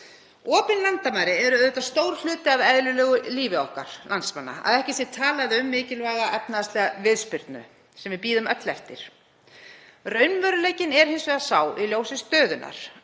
Opin landamæri eru auðvitað stór hluti af eðlilegu lífi okkar landsmanna, að ekki sé talað um mikilvæga efnahagslega viðspyrnu sem við bíðum öll eftir. Raunveruleikinn er hins vegar sá í ljósi stöðunnar